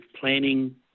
planning